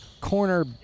corner